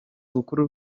bukuru